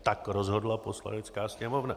Tak rozhodla Poslanecká sněmovna.